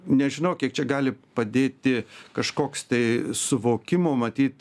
nežinau kiek čia gali padėti kažkoks tai suvokimo matyt